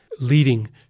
leading